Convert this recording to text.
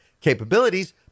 capabilities